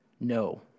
No